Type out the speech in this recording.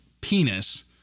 penis